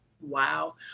Wow